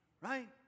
Right